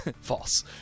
false